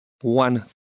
one